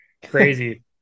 Crazy